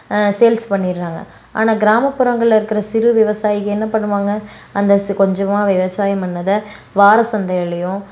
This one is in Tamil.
சேல்ஸ் பண்ணிடுறாங்க ஆனால் கிராமப்புறங்கள்ல இருக்கிற சிறு விவசாயிங்க என்ன பண்ணுவாங்க அந்த கொஞ்சமாக விவசாயம் பண்ணதை வார சந்தையிலயும்